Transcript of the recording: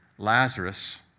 Lazarus